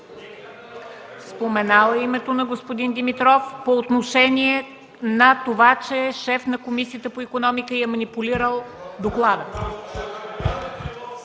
Споменал е името на господин Димитров по отношение на това, че е шеф на Комисията по икономика и е манипулирал доклада.